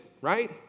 Right